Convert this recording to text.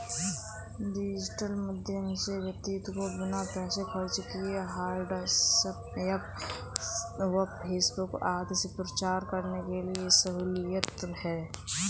digital माध्यम से व्यक्ति को बिना पैसे खर्च किए व्हाट्सएप व फेसबुक आदि से प्रचार करने में सहूलियत है